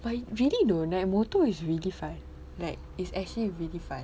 but really though naik motor is really fun like it's actually really fun